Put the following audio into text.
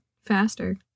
faster